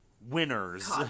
winners